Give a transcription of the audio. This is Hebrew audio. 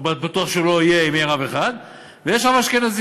בטוח שהוא לא יהיה אם יהיה רב אחד, ויש רב אשכנזי.